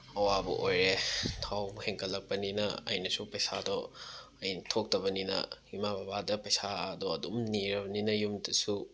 ꯑꯋꯥꯕ ꯑꯣꯏꯔꯦ ꯊꯥꯎ ꯍꯦꯟꯀꯠꯂꯛꯄꯅꯤꯅ ꯑꯩꯅꯁꯨ ꯄꯩꯁꯥꯗꯣ ꯑꯩꯅ ꯊꯣꯛꯇꯕꯅꯤꯅ ꯏꯃꯥ ꯕꯕꯥꯗ ꯄꯩꯁꯥꯗꯣ ꯑꯗꯨꯝ ꯅꯤꯔꯕꯅꯤꯅ ꯌꯨꯝꯗꯁꯨ